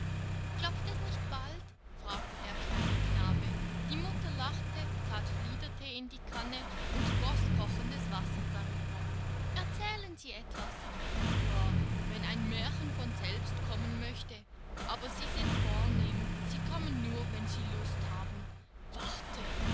klopft es nicht bald fragte der kleine knabe die mutter lachte that fliederthee in die kanne und goß kochendes wasser darüber erzählen sie etwas ja wenn ein märchen von selbst kommen möchte aber sie sind vornehm sie kommen nur wenn sie lust haben warte